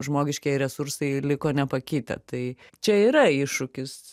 žmogiškieji resursai liko nepakitę tai čia yra iššūkis